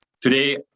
Today